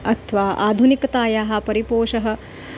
अथवा आधुनिकतायाः परिपोषः